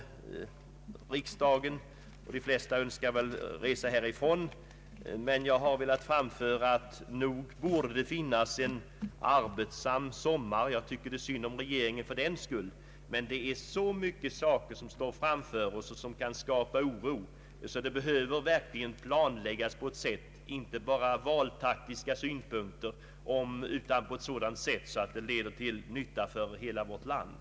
den ekonomiska politiken, m.m. vårriksdagen och att de flesta önskar resa härifrån. Jag har ändå velat framhålla att sommaren torde bli arbetsfylld. Jag tycker synd om regeringen för den skull, men det är så mycket som står framför oss och som kan skapa oro att de olika åtgärderna behöver planläggas, inte bara ur valtaktiska synpunkter, utan på ett sådant sätt att de blir till nytta för hela vårt land.